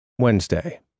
Wednesday